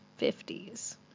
50s